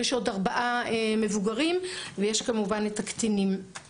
יש עוד 4 מבוגרים ויש כמובן את הקטינים.